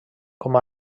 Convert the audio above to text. com